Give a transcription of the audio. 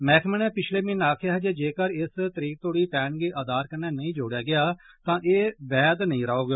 मैह्कमें नै पिछले म्हीने आखेआ हा जे जेक्कर इस तरीक तोड़ी पैन गी आधार कन्नै नेई जोड़ेआ गेआ तां एह् वैघ नेई रौहग